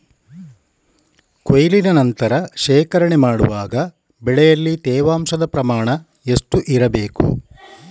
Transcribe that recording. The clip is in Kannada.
ಕೊಯ್ಲಿನ ನಂತರ ಶೇಖರಣೆ ಮಾಡುವಾಗ ಬೆಳೆಯಲ್ಲಿ ತೇವಾಂಶದ ಪ್ರಮಾಣ ಎಷ್ಟು ಇರಬೇಕು?